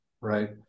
right